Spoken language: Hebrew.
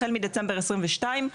החל מדצמבר 2022,